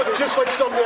just like somebody